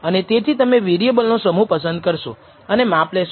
અને તેથી તમે વેરીએબલનો સમૂહ પસંદ કરશો અને માપ લેશો